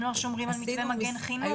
הם לא שומרים על מתווה מגן חינוך?